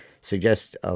suggest